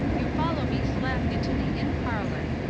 you follow me slap into the inn-parlour.